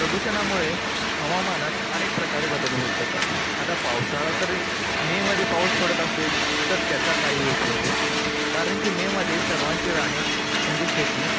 प्रदूषणामुळे हवामानात अनेक प्रकारे बदल होत जातात आता पावसाळा तरी मे मध्ये पाऊस पडत असेल तर त्याचा काही उपयोग होत नाही कारण की मे मध्ये सर्वांची राने म्हणजे शेती